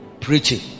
Preaching